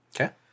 Okay